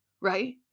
right